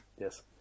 Yes